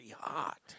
hot